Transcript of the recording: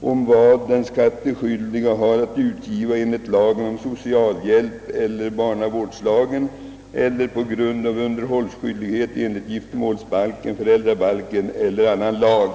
om vad den skattskyldige har att utgiva enligt lagen om socialhjälp eller barnavårdslagen eller på grund av underhållsskyldighet enligt giftermålsbalken, föräldrabalken eller annan lag.